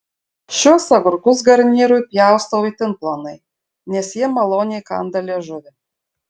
šiuos agurkus garnyrui pjaustau itin plonai nes jie maloniai kanda liežuvį